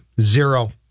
zero